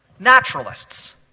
naturalists